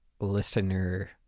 listener